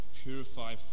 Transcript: purify